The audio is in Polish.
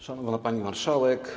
Szanowna Pani Marszałek!